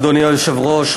אדוני היושב-ראש,